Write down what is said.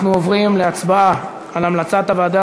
אנחנו עוברים להצבעה על המלצת הוועדה